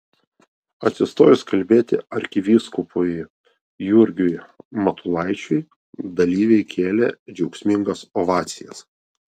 atsistojus kalbėti arkivyskupui jurgiui matulaičiui dalyviai kėlė džiaugsmingas ovacijas